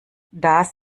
das